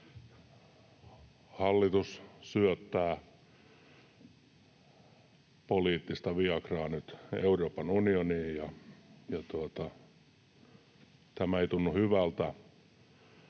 Hallitus syöttää poliittista viagraa nyt Euroopan unioniin, ja tämä ei tunnu hyvältä.